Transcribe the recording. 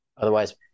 Otherwise